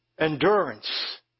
Endurance